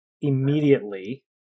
immediately